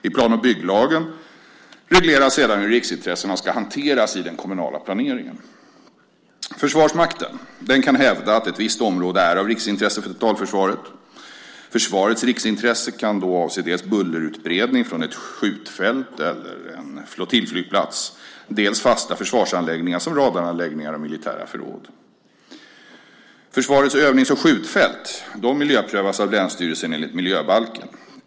I plan och bygglagen regleras sedan hur riksintressena ska hanteras i den kommunala planeringen. Försvarsmakten kan hävda att ett visst område är av riksintresse för totalförsvaret. Försvarets riksintresse kan avse dels bullerutbredning från ett skjutfält eller en flottiljflygplats, dels fasta försvarsanläggningar som radaranläggningar och militära förråd. Försvarets övnings och skjutfält miljöprövas av länsstyrelsen enligt miljöbalken.